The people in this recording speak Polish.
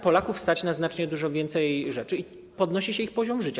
Polaków stać na znacznie, na dużo więcej rzeczy i podnosi się ich poziom życia.